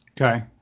okay